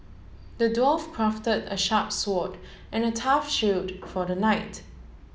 the dwarf craft a sharp sword and tough shield for the knight